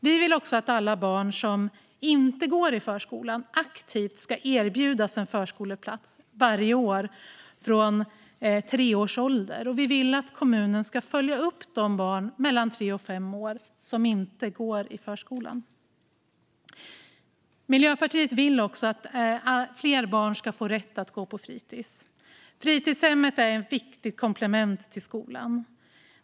Vi vill att alla barn som inte går i förskolan aktivt ska erbjudas en förskoleplats varje år från tre års ålder. Vi vill också att kommunen ska följa upp de barn mellan tre och fem år som inte går i förskolan. Miljöpartiet vill dessutom att fler barn ska få rätt att gå på fritis. Fritidshemmet är ett viktigt komplement till skolan.